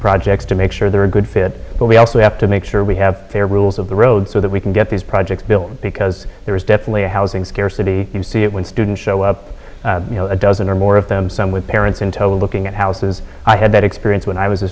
projects to make sure they're a good fit but we also have to make sure we have fair rules of the road so that we can get these projects built because there is definitely a housing scarcity you see it when students show up you know a dozen or more of them some with parents in tow looking at houses i had that experience when i was a